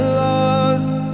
lost